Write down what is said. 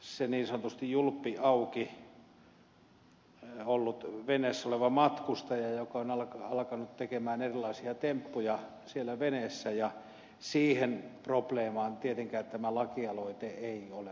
se niin sanotusti julppi auki ollut veneessä oleva matkustaja joka on alkanut tehdä erilaisia temppuja siellä veneessä ja siihen probleemaan tietenkään tämä lakialoite ei ole vastaus